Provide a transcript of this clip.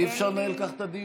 אי-אפשר לנהל כך את הדיון.